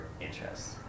interests